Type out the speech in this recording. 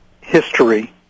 history